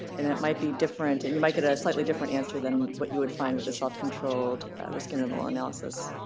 and it might be different, and you might get a slightly different answer than what you would find with the self-controlled risk interval analysis?